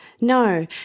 No